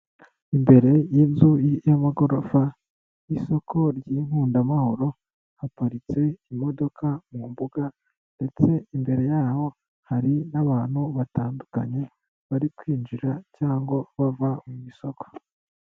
Imbere y'inzu y'amagorofa, y'isoko ry'inkundamahoro haparitse imodoka mu mbuga ndetse imbere yaho hari n'abantu batandukanye bari kwinjira cyangwa bava mu isoko.